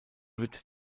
wird